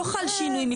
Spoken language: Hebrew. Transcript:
לא חל שינוי מבחינתי.